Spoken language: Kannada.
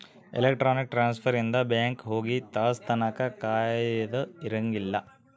ಎಲೆಕ್ಟ್ರಾನಿಕ್ ಟ್ರಾನ್ಸ್ಫರ್ ಇಂದ ಬ್ಯಾಂಕ್ ಹೋಗಿ ತಾಸ್ ತನ ಕಾಯದ ಇರಂಗಿಲ್ಲ